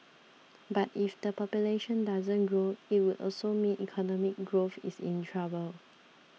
but if the population doesn't grow it would also mean economic growth is in trouble